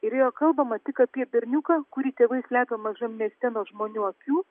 ir yra kalbama tik apie berniuką kurį tėvai slepia mažam mieste nuo žmonių akių